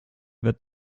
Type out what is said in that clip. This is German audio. wird